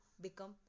become